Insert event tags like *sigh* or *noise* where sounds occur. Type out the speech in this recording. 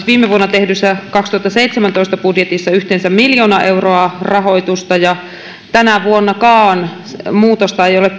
*unintelligible* viime vuonna tehdyssä vuoden kaksituhattaseitsemäntoista budjetissa yhteensä miljoona euroa rahoitusta tänäkään vuonna muutosta parempaan ei ole *unintelligible*